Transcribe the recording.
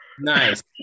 Nice